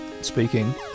speaking